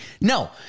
No